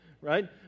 right